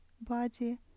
body